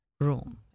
room